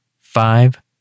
five